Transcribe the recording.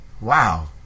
wow